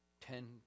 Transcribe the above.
ten